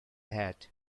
head